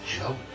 joke